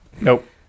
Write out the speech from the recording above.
nope